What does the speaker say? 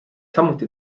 samuti